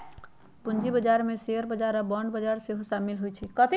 पूजी बजार में शेयर बजार आऽ बांड बजार सेहो सामिल होइ छै